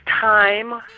time